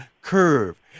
curve